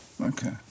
Okay